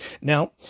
Now